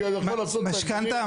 שהוא יכול לעשות --- משכנתה,